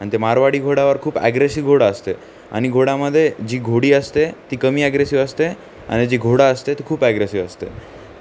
आणि ते मारवाडी घोड्यावर खूप ॲग्रेसिव घोडा असतंय आणि घोड्यामदे जी घोडी असते ती कमी ॲग्रेसिव असते आणि जी घोडा असते ती खूप ॲग्रेसिव असते